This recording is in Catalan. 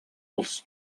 els